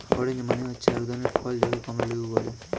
orange মানে হচ্ছে এক ধরনের ফল যাকে কমলা লেবু বলে